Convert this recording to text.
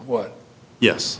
what yes